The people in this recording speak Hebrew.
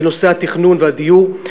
בנושא התכנון והדיור.